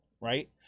Right